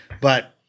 But-